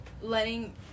letting